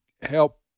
help